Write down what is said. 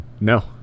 No